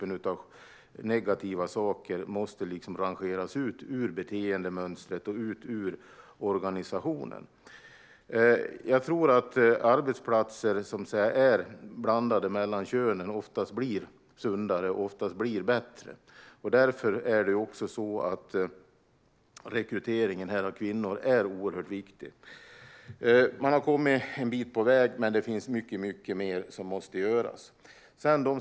Negativa saker som dessa måste rangeras ut ur beteendemönstret och ut ur organisationen. Jag tror att arbetsplatser som är blandade vad gäller kön oftast blir sundare och bättre. Därför är rekryteringen av kvinnor oerhört viktig här. Man har kommit en bit på väg, men det finns mycket mer som måste göras.